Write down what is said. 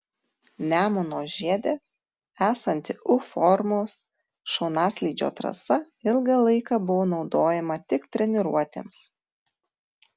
nemuno žiede esanti u formos šonaslydžio trasa ilgą laiką buvo naudojama tik treniruotėms